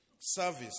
service